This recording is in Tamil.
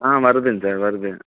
ஆ வருதுங்க சார் வருது